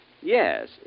Yes